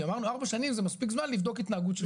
כי אמרנו שארבע שנים זה מספיק זמן לבדוק התנהגות של חוק.